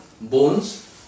bones